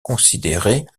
considérait